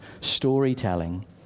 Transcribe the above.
storytelling